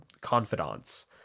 confidants